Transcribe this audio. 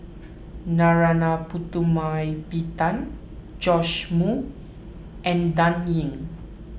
Narana Putumaippittan Joash Moo and Dan Ying